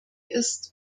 ist